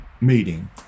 meeting